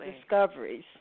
discoveries